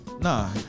Nah